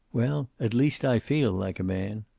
well, at least i feel like a man.